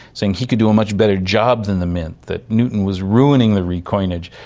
saying he could do a much better job than the mint, that newton was ruining the recoinage,